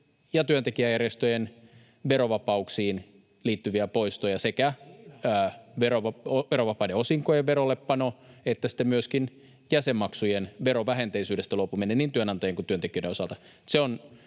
ja työntekijäjärjestöjen verovapauksiin liittyviä poistoja, sekä verovapaiden osinkojen verollepano että sitten myöskin jäsenmaksujen verovähenteisyydestä luopuminen niin työnantajien kuin työntekijöidenkin osalta.